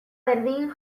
berdin